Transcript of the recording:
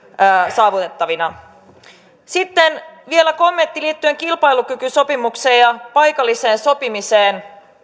saavutettaviksi sitten vielä kommentti liittyen kilpailukykysopimukseen ja paikalliseen sopimiseen